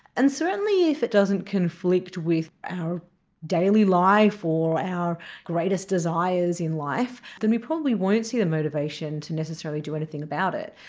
and certainly if it doesn't conflict with our daily life or our greatest desires in life, then we probably won't see the motivation to necessarily do anything about it.